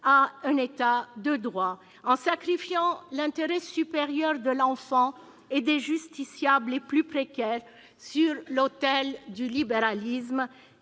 à l'État de droit, en sacrifiant l'intérêt supérieur de l'enfant et des justiciables les plus précaires sur l'autel du libéralisme